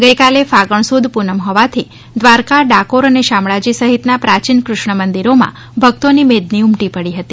ગઇકાલે ફાગણ સુદ પૂનમ હોવાથી દ્વારકા ડાકોર અને શામળાજી સહિતના પ્રાચીન કૃષ્ણ મંદિરોમાં ભક્તોની મેદની ઉમટી પડી હતી